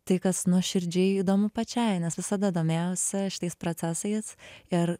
tai kas nuoširdžiai įdomu pačiai nes visada domėjausi šitais procesais ir